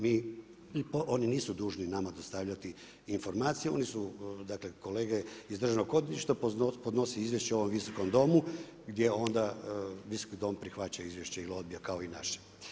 Mi, oni nisu dužni nama dostavljati informaciju, oni su dakle, kolege iz Državnog odvjetništva, podnosi izvješće Visokom domu, gdje onda Visoki dom prihvaća izvješće ili odbija kao i naše.